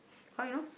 how you know